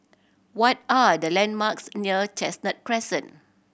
what are the landmarks near Chestnut Crescent